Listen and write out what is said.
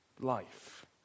life